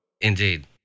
Indeed